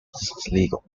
sligo